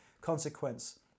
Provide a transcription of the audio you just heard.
consequence